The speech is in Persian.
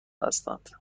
هستند